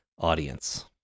audience